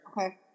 okay